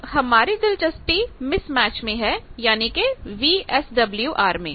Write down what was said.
अब हमारी दिलचस्पी मिसमैच में है यानी कि VSWR में